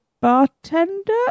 bartender